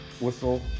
whistle